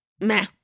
meh